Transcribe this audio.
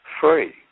free